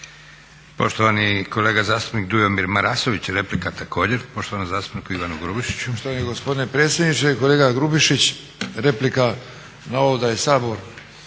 Poštovani kolega zastupnik Dujomir Marasović, replika također poštovanom zastupniku Ivanu Grubišiću.